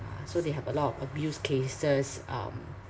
ah so they have a lot of abuse cases um